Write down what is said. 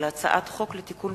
אם כן, הצעת החוק נתקבלה.